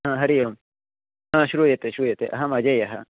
आ हरिः ओम् श्रूयते श्रूयते अहम् अजेयः